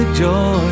joy